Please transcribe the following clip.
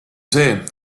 see